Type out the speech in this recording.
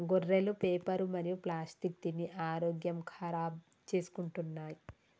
గొర్రెలు పేపరు మరియు ప్లాస్టిక్ తిని ఆరోగ్యం ఖరాబ్ చేసుకుంటున్నయ్